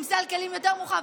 עם סל כלים יותר מורחב,